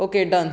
okay done